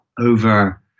Over